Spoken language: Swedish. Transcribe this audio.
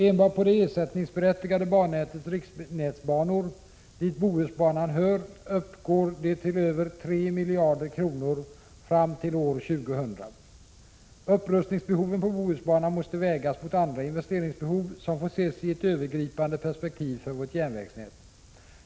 Enbart på det ersättningsberättigade bannätets riksnätsbanor, dit Bohusbanan hör, uppgår det till över 3 miljarder kronor fram till år 2000. Upprustningsbehoven på Bohusbanan måste vägas mot andra investeringsbehov som får ses i ett övergripande perspektiv för vårt järnvägsnät.